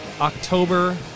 October